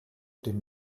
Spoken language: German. dem